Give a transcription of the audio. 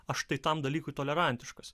aš tai tam dalykui tolerantiškas